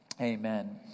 amen